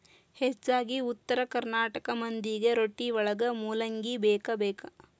ಹೆಚ್ಚಾಗಿ ಉತ್ತರ ಕರ್ನಾಟಕ ಮಂದಿಗೆ ರೊಟ್ಟಿವಳಗ ಮೂಲಂಗಿ ಬೇಕಬೇಕ